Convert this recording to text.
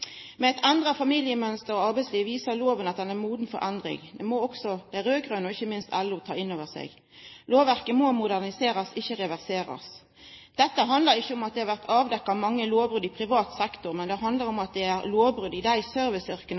Med et endret familiemønster og arbeidsliv viser loven at den er moden for endring. Det må også de rød-grønne og ikke minst LO ta inn over seg. Lovverket må moderniseres, ikke reverseres. Dette handler ikke om at det har vært avdekket mange lovbrudd i privat sektor, men det handler om at det er lovbrudd i de serviceyrkene